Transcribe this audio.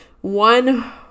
one